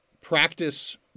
practice